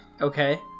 Okay